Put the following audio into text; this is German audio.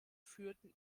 führten